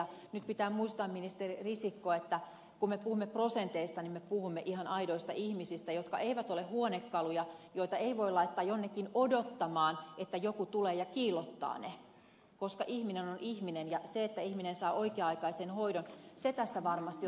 nyt pitää muistaa ministeri risikko että kun me puhumme prosenteista niin me puhumme ihan aidoista ihmisistä jotka eivät ole huonekaluja ja joita ei voi laittaa jonnekin odottamaan että joku tulee ja kiillottaa ne koska ihminen on ihminen ja se että ihminen saa oikea aikaisen hoidon tässä varmasti on olennaista